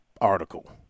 article